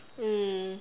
mm